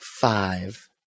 five